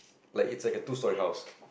like it's like a two story house